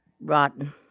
Rotten